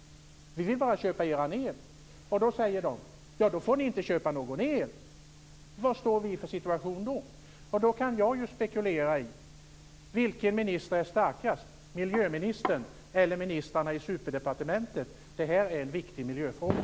Då säger danskarna att vi inte får köpa någon el. Vad står vi i för situation då? Jag kan spekulera i vilken minister som är starkast - miljöministern eller ministrarna i superdepartementet. Det är en viktig miljöfråga.